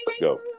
go